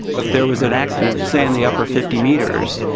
if there was an accident, say in the upper fifty metres,